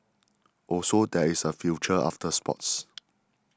also there is a future after sports